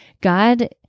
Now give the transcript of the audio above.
God